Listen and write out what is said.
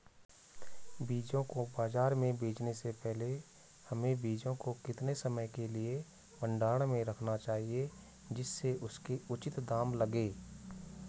बीजों को बाज़ार में बेचने से पहले हमें बीजों को कितने समय के लिए भंडारण में रखना चाहिए जिससे उसके उचित दाम लगें?